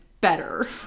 better